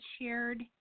shared